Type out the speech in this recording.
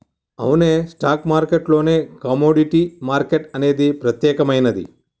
అవునే stock market లోనే commodity market అనేది ప్రత్యేకమైనది